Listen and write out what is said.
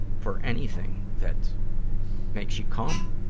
for anything that makes you cum,